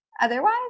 Otherwise